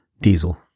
Diesel